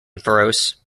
faroese